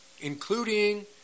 including